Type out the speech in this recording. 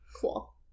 Cool